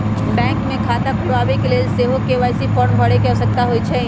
bank मे खता खोलबाबेके लेल सेहो के.वाई.सी फॉर्म भरे के आवश्यकता होइ छै